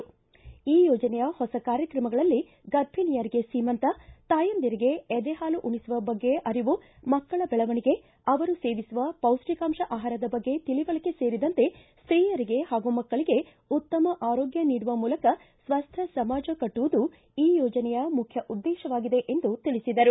ಈ ಯೋಜನೆಯ ಹೊಸ ಕಾರ್ಯಕ್ರಮಗಳಲ್ಲಿ ಗರ್ಭಿಣಿಯರಿಗೆ ಸೀಮಂತ ತಾಯಂದಿರಿಗೆ ಎದೆಹಾಲು ಉಣಿಸುವ ಬಗ್ಗೆ ಅರಿವು ಮಕ್ಕಳ ಬೆಳವಣಿಗೆ ಅವರಿಗೆ ಸೇವಿಸುವ ಪೌಷ್ಟಿಕಾಂಶ ಆಹಾರದ ಬಗ್ಗೆ ತಿಳಿವಳಿಕೆ ಸೇರಿದಂತೆ ಸ್ತೀಯರಿಗೆ ಹಾಗೂ ಮಕ್ಕಳಗೆ ಉತ್ತಮ ಆರೋಗ್ಯ ನೀಡುವ ಮೂಲಕ ಸ್ವಸ್ಟ್ಯ ಸಮಾಜ ಕಟ್ಟುವುದು ಈ ಯೋಜನೆಯ ಮುಖ್ಯ ಉದ್ದೇಶವಾಗಿದೆ ಎಂದು ತಿಳಿಸಿದರು